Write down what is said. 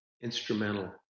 instrumental